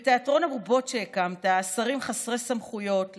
בתיאטרון הבובות שהקמת השרים חסרי סמכויות,